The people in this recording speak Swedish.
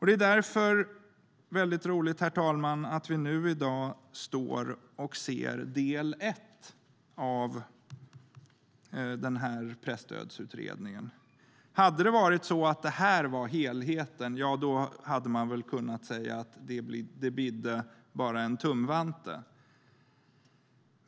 Det är därför väldigt roligt, herr talman, att vi nu i dag står och ser del ett av Presstödsutredningen. Hade det här varit helheten hade man väl kunnat säga att det bara bidde en tumvante.